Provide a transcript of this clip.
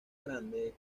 grande